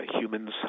humans